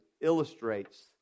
illustrates